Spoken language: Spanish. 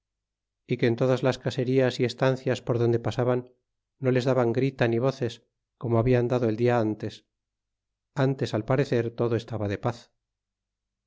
y que en todas las caserías y estancias por donde pasaban no les daban grita ni voces como hablan dado el dia antes antes al parecer todo estaba de paz